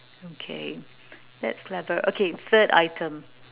okay that's clever okay third item